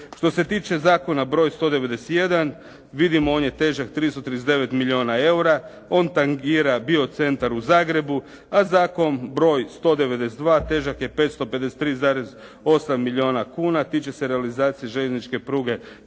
Što se tiče zakona broj 191 on je težak 339 milijuna eura. On tangira biocentar u Zagrebu, a zakon broj 192 težak je 553,8 milijuna kuna. Tiče se realizacije željezničke pruge na